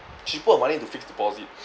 she put her money into fixed deposit